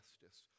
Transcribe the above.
justice